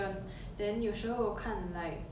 ya so 你呢